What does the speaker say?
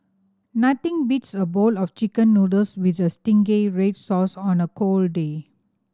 nothing beats a bowl of Chicken Noodles with a zingy red sauce on a cold day